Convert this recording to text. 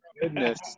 goodness